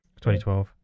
2012